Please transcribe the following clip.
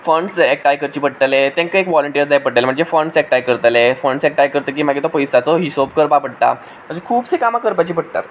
funds एकठांय करचे पडटले तेंका एक व्हॉलंटियर्स जाय पडटले म्हणचे फंड्स एकठांय करतले फंड्स एकठांय करतकीर मागीर तो पयश्यांच्यो हिशोब करपाक पडटा अशीं खुबशीं कामां करपाचीं पडटात